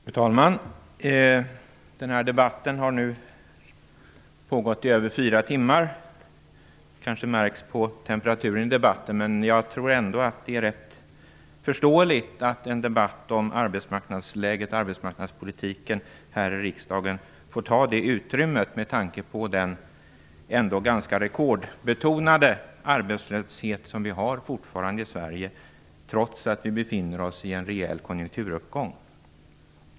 Fru talman! Denna debatt har nu pågått i över fyra timmar. Det märks kanske på temperaturen i debatten, men jag tror ändå att det är rätt förståeligt att en debatt om arbetsmarknadspolitiken här i riksdagen får ta det utrymmet i anspråk, med tanke på den ganska rekordbetonade arbetslöshet som vi fortfarande har i Sverige, trots att vi befinner oss i en rejäl konjunkturuppgång.